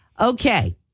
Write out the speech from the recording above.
Okay